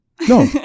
No